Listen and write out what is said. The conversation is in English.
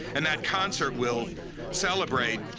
and that concert will celebrate,